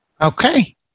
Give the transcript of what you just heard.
Okay